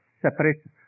separation